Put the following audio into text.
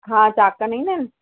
हा चॉक न ईंदा आहिनि